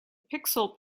pixel